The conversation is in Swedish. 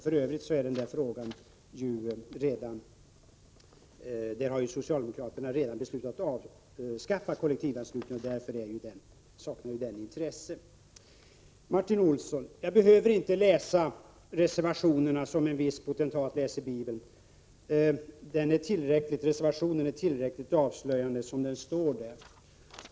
För övrigt har socialdemokraterna redan beslutat avskaffa kollektivanslutningen, och därför saknar den frågan intresse. Jag behöver inte läsa reservationen som en viss potentat läser Bibeln, Martin Olsson. Reservationen är tillräckligt avslöjande som den står där.